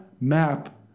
map